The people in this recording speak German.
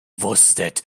wusstet